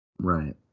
Right